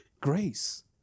grace